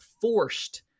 forced